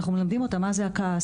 אנחנו מלמדים אותם מה זה הכעס,